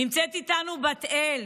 נמצאת איתנו בת אל,